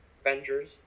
Avengers